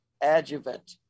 adjuvant